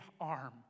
arm